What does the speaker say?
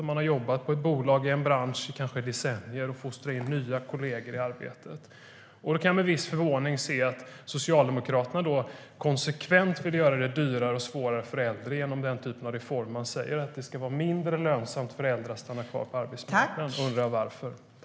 Om man har jobbat på ett bolag eller i en bransch kanske i decennier kan man fostra in nya kolleger i arbetet.